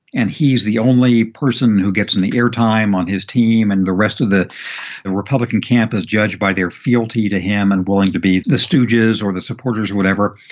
and he's the only person who gets in the air time on his team. and the rest of the and republican camp is judged by their fealty to him and willing to be the stooges or the supporters, whatever.